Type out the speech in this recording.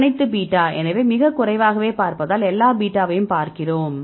அனைத்து பீட்டா எனவே இதை மிகக் குறைவாகவே பார்ப்பதால் எல்லா பீட்டாவையும் பார்க்கிறோம்